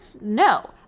No